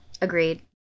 Agreed